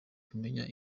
kumenya